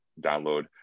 download